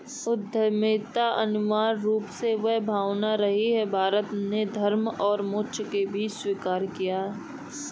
उद्यमिता अनिवार्य रूप से वह भावना रही है, भारत ने धर्म और मोक्ष के बीच स्वीकार किया है